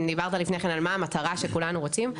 דיברת לפני כן על מה המטרה שכולנו רוצים,